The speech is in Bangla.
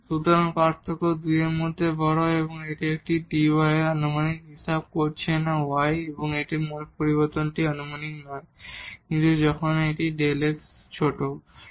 সুতরাং পার্থক্যটি এই 2 এর থেকে খুব বড়ো এটি dy এর সমান নয় এমনকি এর মোট পরিবর্তনও এর সমান নয় যখন এই Δ x ছোট হয়